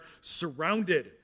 surrounded